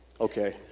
Okay